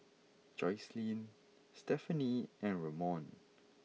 Jocelynn Stephanie and Ramon